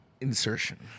insertion